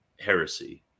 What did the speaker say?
Heresy